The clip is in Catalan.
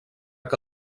que